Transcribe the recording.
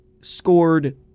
scored